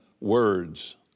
words